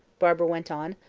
barbara went on,